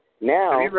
Now